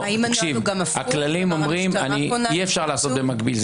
הכללים אומרים, אי אפשר לעשות במקביל.